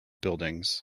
buildings